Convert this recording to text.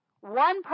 one